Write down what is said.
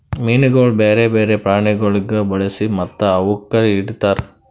ಮೀನುಗೊಳ್ ಬ್ಯಾರೆ ಬ್ಯಾರೆ ಪ್ರಾಣಿಗೊಳಿಗ್ ಬಳಸಿ ಮತ್ತ ಅವುಕ್ ಹಿಡಿತಾರ್